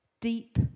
deep